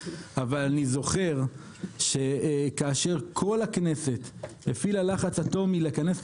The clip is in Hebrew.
אבל אני זוכר שכאשר כל הכנסת הפעילה לחץ אטומי לכנס את